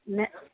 ने